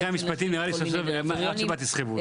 אחרי המשפטים נראה לי שעכשיו עד שבת תסחבו אותו.